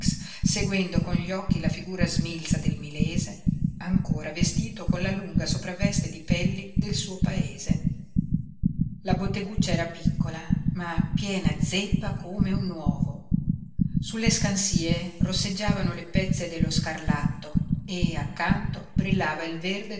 seguendo con gli occhi la figura smilza del milese ancora vestito con la lunga sopravveste di pelli del suo paese la botteguccia era piccola ma piena zeppa come un uovo sulle scansie rosseggiavano le pezze dello scarlatto e accanto brillava il verde